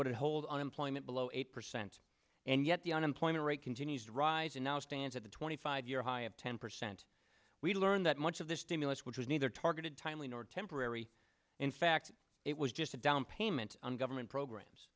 would hold unemployment below eight percent and yet the unemployment rate continues to rise and now stands at the twenty five year high of ten percent we learned that much of the stimulus which was neither targeted timely nor temporary in fact it was just a down payment on government programs